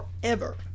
forever